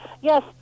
Yes